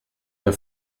her